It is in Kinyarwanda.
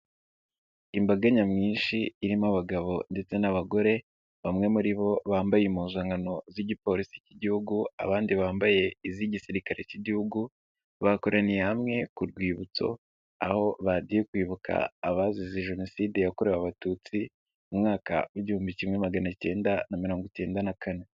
Imbaga nyamwinshi irimo abagabo ndetse n'abagore, bamwe muri bo bambaye impuzankano z'igipolisi cy'Igihugu abandi bambaye iz'igisirikare cy'Igihugu, bakoraniye hamwe ku rwibutso, aho bagiye kwibuka abazize Jenoside yakorewe Abatutsi mu mwaka w'igihumbi kimwe magana cyenda na mirongo cyenda na kane.